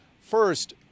First